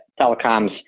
telecoms